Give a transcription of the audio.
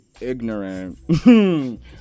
ignorant